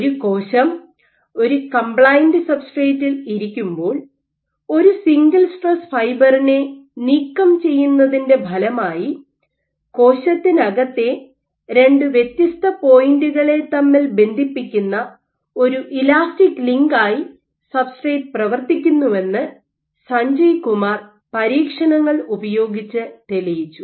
ഒരു കോശം ഒരു കംപ്ലയിന്റ് സബ്സ്ട്രേറ്റിൽ ഇരിക്കുമ്പോൾ ഒരു സിംഗിൾ സ്ട്രെസ് ഫൈബറിനെ നീക്കം ചെയ്യുന്നതിൻറെ ഫലമായി കോശത്തിനകത്തെ രണ്ടു വ്യത്യസ്ത പോയിന്റുകളെ തമ്മിൽ ബന്ധിപ്പിക്കുന്ന ഒരു ഇലാസ്റ്റിക് ലിങ്ക് ആയി സബ്സ്ട്രേറ്റ് പ്രവർത്തിക്കുന്നുവെന്ന് സഞ്ജയ് കുമാർ പരീക്ഷണങ്ങൾ ഉപയോഗിച്ച് തെളിയിച്ചു